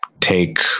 take